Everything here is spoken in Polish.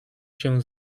się